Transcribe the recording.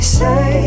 say